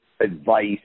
advice